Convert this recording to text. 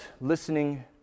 listening